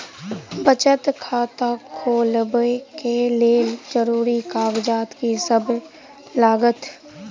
बचत खाता खोलाबै कऽ लेल जरूरी कागजात की सब लगतइ?